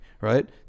right